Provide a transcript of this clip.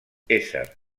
ésser